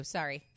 Sorry